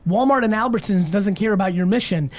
walmart and albertsons doesn't care about your mission.